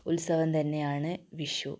ഉത്സവം തന്നെയാണ് വിഷു